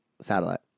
Satellite